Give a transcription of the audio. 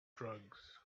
drugs